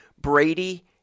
Brady